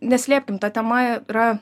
neslėpkim ta tema yra